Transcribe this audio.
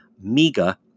mega